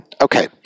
Okay